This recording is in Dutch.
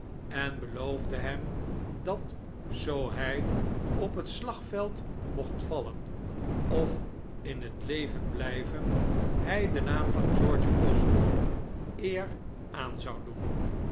en beloofde hem dat zoo hij op het slagveld mocht vallen of in het leven blijven hij den naam van george osborne eer aan zou doen